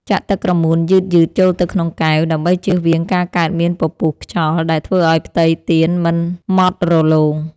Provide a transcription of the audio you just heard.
ចាក់ទឹកក្រមួនយឺតៗចូលទៅក្នុងកែវ ដើម្បីជៀសវាងការកើតមានពពុះខ្យល់ដែលធ្វើឱ្យផ្ទៃទៀនមិនម៉ត់រលោង។